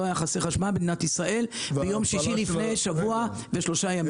לא היה חסר חשמל במדינת ישראל ביום שישי לפני שבוע ושישה ימים.